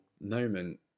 moment